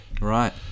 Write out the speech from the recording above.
Right